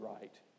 right